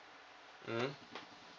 mm